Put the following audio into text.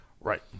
Right